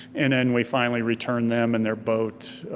and then we finally returned them and their boat.